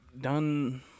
done